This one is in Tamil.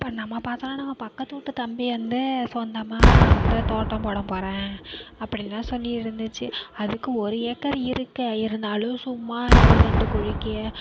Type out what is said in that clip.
இப்போ நம்ம பார்த்தோனா நம்ம பக்கத்து வீட்டு தம்பி வந்து சொந்தமாக இந்த தோட்டம் போட போறேன் அப்டின்னுலாம் சொல்லி இருந்துச்சு அதுக்கு ஒரு ஏக்கரு இருக்கு இருந்தாலும் சும்மா ஒரு ரெண்டு குழிக்கு